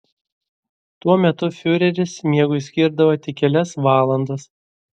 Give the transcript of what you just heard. tuo metu fiureris miegui skirdavo tik kelias valandas